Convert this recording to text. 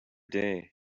day